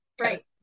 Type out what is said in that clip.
right